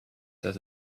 does